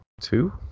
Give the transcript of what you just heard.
two